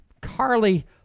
Carly